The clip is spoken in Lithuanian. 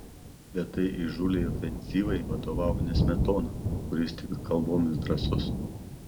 bet tai įžūliai ofenzyvai vadovavo ne smetona kuris tik kalbomis drąsus